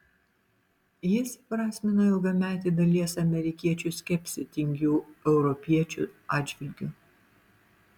jis įprasmino ilgametį dalies amerikiečių skepsį tingių europiečių atžvilgiu